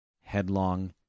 headlong